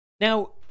Now